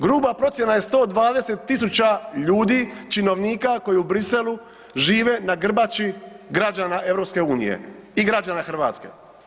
Gruba procjena je 120.000 ljudi činovnika koji u Briselu žive na grbači građana EU i građana Hrvatske.